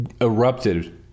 erupted